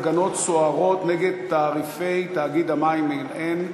הפגנות סוערות על תעריפי תאגיד המים אל-עין,